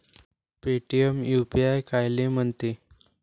Paytm UPI कायले म्हनते?